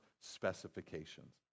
specifications